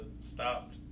stopped